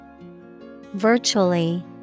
Virtually